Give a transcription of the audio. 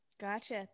Gotcha